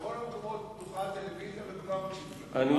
בכל המקומות פתוחה הטלוויזיה וכולם מקשיבים לך.